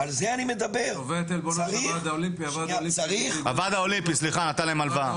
הוועד האולימפי נתן להם הלוואה.